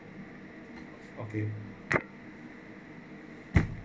okay